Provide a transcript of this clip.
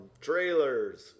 trailers